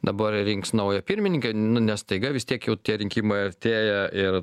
dabar rinks naują pirmininkę nu ne staiga vis tiek jau tie rinkimai artėja ir